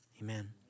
Amen